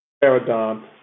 paradigm